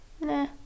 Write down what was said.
Nah